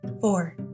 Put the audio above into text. Four